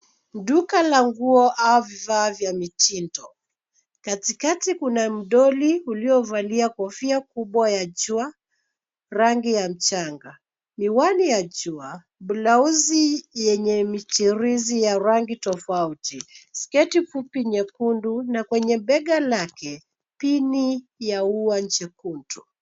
Duka la nguo au vifaa vya mitindo. Katikati kuna dolly uliovalia kofia kubwa ya jua; rangi ya mchanga. Miwani ya jua, blauzi yenye michirizi ya rangi tofauti. Sketi fupi nyekundu na kwenye bega lake pini ya ua jekundu.